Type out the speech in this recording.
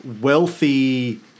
wealthy